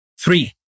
Three